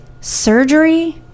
surgery